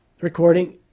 recording